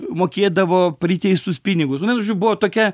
mokėdavo priteistus pinigus nu vienu žodžiu buvo tokia